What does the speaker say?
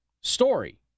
story